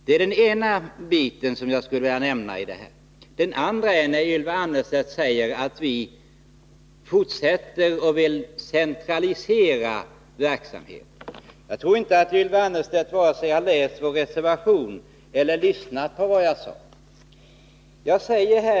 Det är den ena biten som jag skulle vilja nämna i det här sammanhanget. Den andra gäller vad Ylva Annerstedt säger om att vi vill centralisera verksamheten. Jag tror inte att Ylva Annerstedt vare sig har läst vår reservation eller lyssnat på vad jag sade.